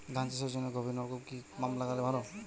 ধান চাষের জন্য গভিরনলকুপ কি পাম্প লাগালে ভালো?